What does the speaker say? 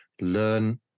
learn